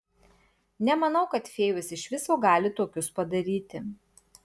nemanau kad fėjos iš viso gali tokius padaryti